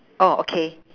orh okay